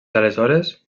aleshores